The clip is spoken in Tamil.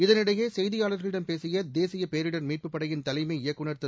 இதனிடையே செய்தியாளர்களிடம் பேசிய தேசிய பேரிடர் மீட்பு படையின் தலைமை இயக்குநர் திரு